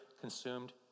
consumed